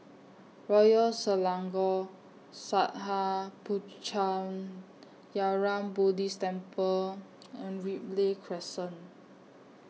Royal Selangor Sattha Puchaniyaram Buddhist Temple and Ripley Crescent